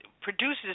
produces